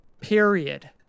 Period